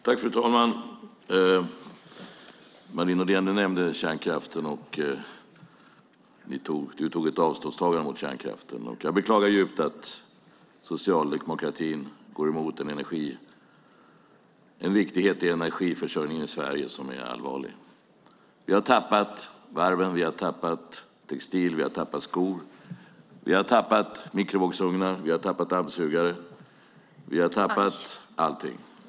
Fru talman! Marie Nordén nämnde kärnkraften och gjorde ett avståndstagande från den. Jag beklagar djupt att socialdemokratin går emot en viktighet i energiförsörjningen i Sverige, vilket är allvarligt. Vi har tappat varven, vi har tappat textil, vi har tappat skog, vi har tappat mikrovågsugnar och vi har tappat dammsugare. Vi har tappat allting.